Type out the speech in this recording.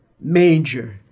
manger